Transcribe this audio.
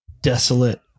desolate